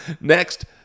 Next